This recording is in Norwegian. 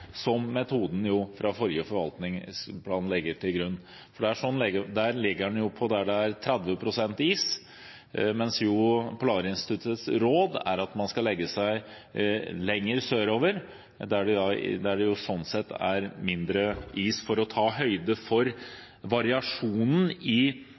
som metoden fra den forrige forvaltningsplanen legger til grunn. Der ligger den jo der det er 30 pst. is, mens Polarinstituttets råd er at man skal legge seg lenger sør, der det er mindre is, for å ta høyde for variasjonen i